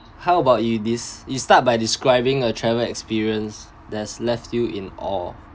how about you this you start by describing a travel experience that's left you in awe